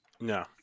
No